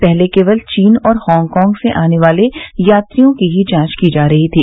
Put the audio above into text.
पहले केवल चीन और हॉगकांग से आने वाले यात्रियों की ही जांच की जा रही थी